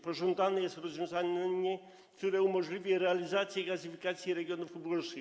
Pożądane jest rozwiązanie, które umożliwi realizację gazyfikacji regionów uboższych.